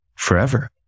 forever